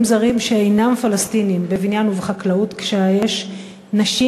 זרים שאינם פלסטינים בבניין ובחקלאות כשיש נשים